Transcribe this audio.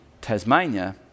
Tasmania